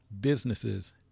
businesses